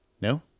No